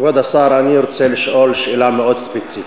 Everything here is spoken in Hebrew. כבוד השר, אני רוצה לשאול שאלה מאוד ספציפית.